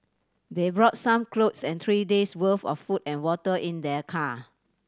they brought some clothes and three days'worth of food and water in their car